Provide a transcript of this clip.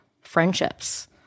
friendships